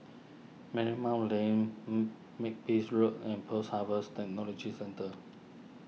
Marymount Lane Makepeace Road and Post Harvest Technology Centre